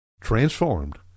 transformed